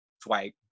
swipe